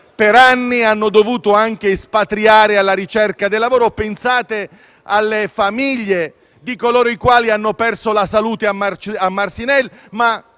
per anni, hanno dovuto anche espatriare alla ricerca del lavoro. Pensate alle famiglie di coloro i quali hanno perso la salute a Marcinelle, ma